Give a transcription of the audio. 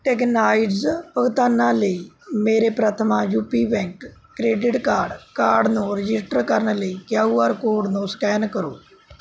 tokenised ਭੁਗਤਾਨਾਂ ਲਈ ਮੇਰੇ Prathama U P bank credit card card ਨੂੰ ਰਜਿਸਟਰ ਕਰਨ ਲਈ ਕਿਊ ਆਰ ਕੋਡ ਨੂੰ ਸਕੈਨ ਕਰੋ